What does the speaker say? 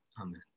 Amen